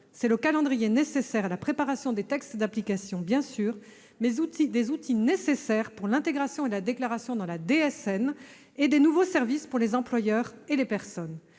c'est le délai nécessaire à la préparation des textes d'application, bien sûr, mais aussi des outils nécessaires pour l'intégration dans la déclaration sociale nominative, la DSN, et des nouveaux services pour les employeurs et les personnes.